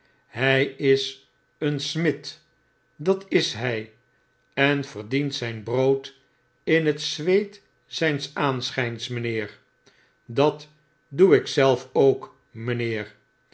hy is een smid dat is hy en verdient zijn brood in het zweet zyns aanschyns mynheer dat doe ik zelf ook mynheer